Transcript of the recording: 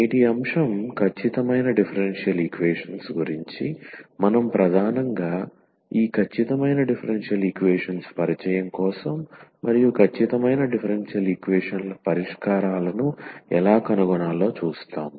నేటి అంశం ఖచ్చితమైన డిఫరెన్షియల్ ఈక్వేషన్స్ గురించి మనం ప్రధానంగా ఈ ఖచ్చితమైన డిఫరెన్షియల్ ఈక్వేషన్స్ పరిచయం కోసం మరియు ఖచ్చితమైన డిఫరెన్షియల్ ఈక్వేషన్ల పరిష్కారాలను ఎలా కనుగొనాలో చూస్తాము